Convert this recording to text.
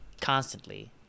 Constantly